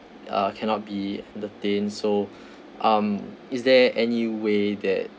uh cannot be entertained so um is there any way that